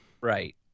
Right